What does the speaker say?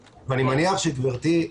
אל"ף,